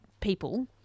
people